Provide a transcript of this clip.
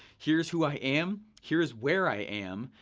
here's who i am, here's where i am,